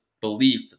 belief